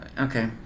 Okay